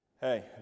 Hey